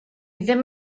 ddim